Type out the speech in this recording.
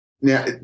Now